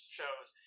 shows